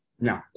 No